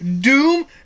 Doom